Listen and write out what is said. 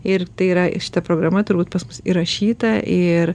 ir tai yra šita programa turbūt pas mus įrašyta ir